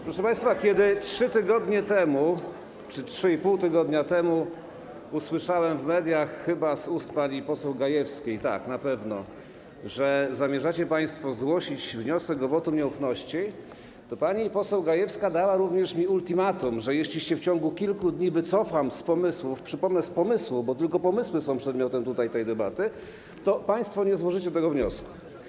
Proszę państwa, kiedy 3 tygodnie czy 3,5 tygodnia temu usłyszałem w mediach, chyba z ust pani poseł Gajewskiej, tak, na pewno, że zamierzacie państwo zgłosić wniosek o wotum nieufności, pani poseł Gajewska dała mi również ultimatum, że jeśli się w ciągu kilku dni wycofam z pomysłów - przypomnę, z pomysłów, bo tylko pomysły są przedmiotem tej debaty - to państwo nie złożycie tego wniosku.